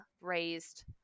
raised